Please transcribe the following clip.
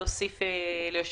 שמגיעים לו על פי החוק.